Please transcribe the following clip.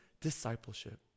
discipleship